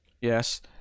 Yes